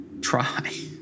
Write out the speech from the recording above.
try